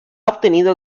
obtenido